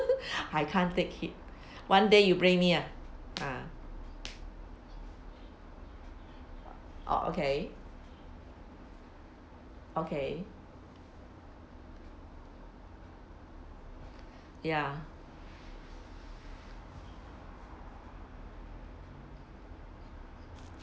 I can't take heat one day you bring me ah ha oh okay okay ya